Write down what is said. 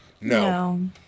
No